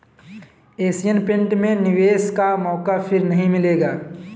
Asian paint में निवेश का मौका फिर नही मिलेगा